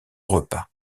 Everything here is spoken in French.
repas